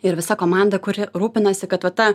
ir visa komanda kuri rūpinasi kad va ta